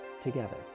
together